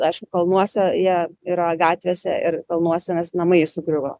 aišku kalnuose jie yra gatvėse ir kalnuose nes namai sugriuvo